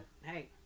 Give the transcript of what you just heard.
Hey